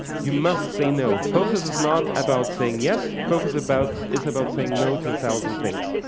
you must say no. focus is not about saying yes, focus about is about saying no to a thousand things.